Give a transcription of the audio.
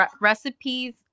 recipes